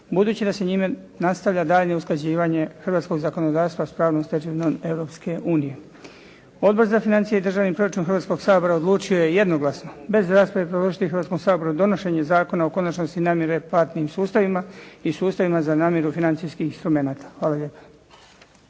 budući da se njime nastavlja daljnje usklađivanje hrvatskog zakonodavstva s pravnom stečevinom Europske unije. Odbor za financije i državni proračun Hrvatskog sabora odlučio je jednoglasno bez rasprave predložiti Hrvatskom saboru donošenje Zakona o konačnosti namjere platnim sustavima i sustavima za namjeru financijskih instrumenata. Hvala lijepa.